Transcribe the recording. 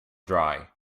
dry